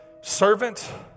servant